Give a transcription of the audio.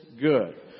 good